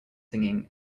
singing